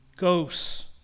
Ghosts